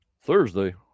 Thursday